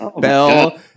bell